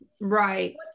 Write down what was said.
Right